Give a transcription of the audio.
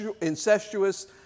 incestuous